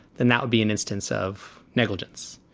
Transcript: then that would be an instance of negligence.